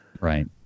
Right